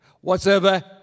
Whatsoever